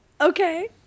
Okay